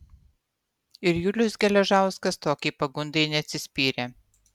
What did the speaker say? ir julius geležauskas tokiai pagundai neatsispyrė